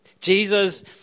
Jesus